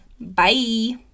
Bye